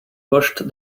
washed